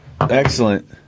Excellent